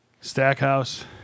Stackhouse